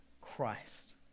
Christ